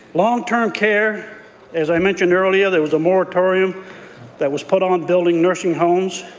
long-term care as i mentioned earlier, there was a moratorium that was put on on building nursing homes.